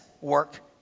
work